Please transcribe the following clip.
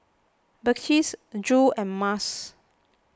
Balqis Zul and Mas